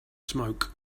smoke